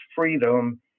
freedom